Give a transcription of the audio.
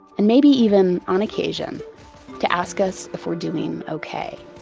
and maybe even on occasion to ask us if we're doing okay